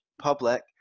public